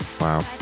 Wow